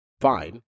fine